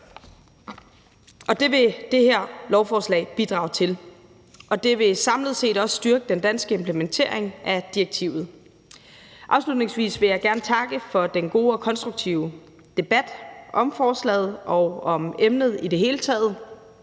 Det vil det her lovforslag bidrage til, og det vil samlet set også styrke den danske implementering af direktivet. Afslutningsvis vil jeg gerne takke for den gode og konstruktive debat om forslaget og om emnet i det hele taget.